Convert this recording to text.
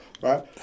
right